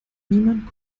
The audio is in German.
niemand